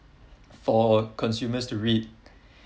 for consumers to read